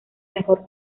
mejor